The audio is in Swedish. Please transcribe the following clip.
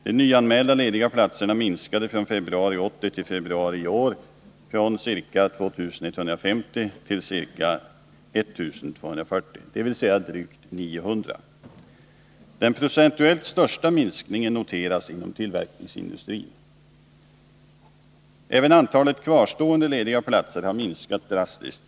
De nyanmälda lediga platserna minskade från februari 1980 till februari i år från ca 2 150 till ca 1 240, dvs. drygt 900. Den procentuellt största minskningen noteras inom tillverkningsindustrin. Även antalet kvarstående lediga platser har minskat drastiskt.